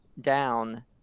down